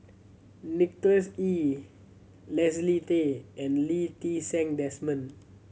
Nicholas Ee Leslie Tay and Lee Ti Seng Desmond